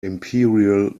imperial